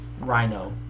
Rhino